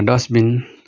dustbin